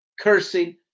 cursing